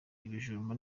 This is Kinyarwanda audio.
ibijumba